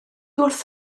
wrth